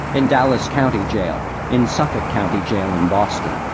in dallas county jail, in suffolk county jail in boston,